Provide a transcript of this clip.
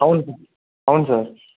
అవును సార్ అవును సార్